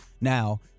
Now